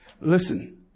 Listen